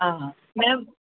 ആ മാം